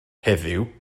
heddiw